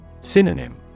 Synonym